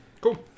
Cool